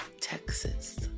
Texas